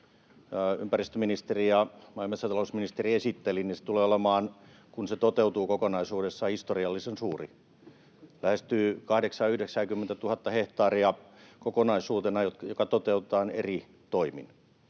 ympäristöministeri ja maa- ja metsätalousministeri esittelivät, tulee olemaan, kun se toteutuu kokonaisuudessaan, historiallisen suuri. Se lähestyy 80 000—90 000:ta hehtaaria kokonaisuutena, joka toteutetaan eri toimin.